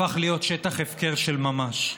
הפך להיות שטח הפקר של ממש.